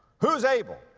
who's able?